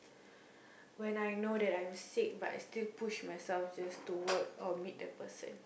when I know that I am sick but still push myself just to work or meet the person